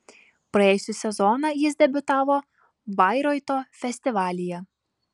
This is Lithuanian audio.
praėjusį sezoną jis debiutavo bairoito festivalyje